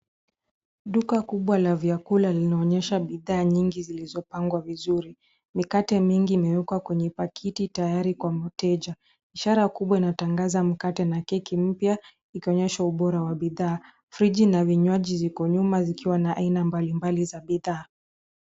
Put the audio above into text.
Duka kubwa la vyakula linaonyesha bidhaa nyingi zilizopangwa vizuri. Mikate mingi imewekwa kwenye pakiti tayari kwa wateja. Ishara kubwa inatangaza mkate na keki mpya ikionyesha ubora wa bidhaa. Friji na vinywaji viko nyuma ikionyesha aina mbali mbali za bidhaa.